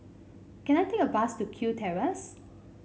can I take a bus to Kew Terrace